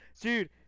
Dude